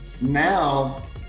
Now